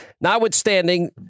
Notwithstanding